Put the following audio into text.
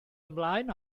ymlaen